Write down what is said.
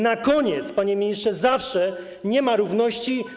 Na końcu, panie ministrze, zawsze nie ma równości.